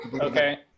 Okay